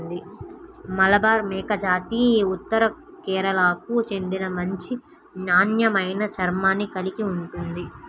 మలబారి మేకజాతి ఉత్తర కేరళకు చెందిన మంచి నాణ్యమైన చర్మాన్ని కలిగి ఉంటుంది